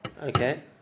Okay